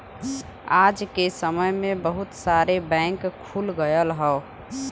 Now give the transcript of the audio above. आज के समय में बहुत सारे बैंक खुल गयल हौ